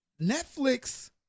Netflix